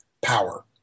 power